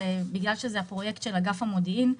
בגלל שזה פרויקט של אגף המודיעין,